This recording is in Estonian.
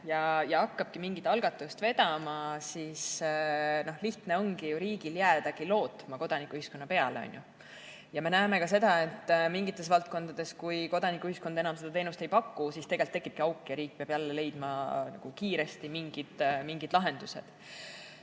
ja hakkabki mingit algatust vedama. Siis riigil on ju lihtne jäädagi lootma kodanikuühiskonna peale. Me näeme ka seda, et mingites valdkondades, kus kodanikuühiskond enam teenust ei paku, tekibki auk ja riik peab jälle leidma kiiresti mingid lahendused. Aga